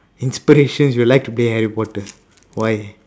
inspirations you would like to be harry potter why